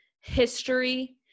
history